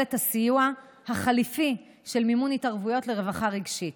את הסיוע החליפי של מימון התערבויות לרווחה רגשית.